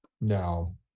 Now